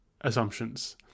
assumptions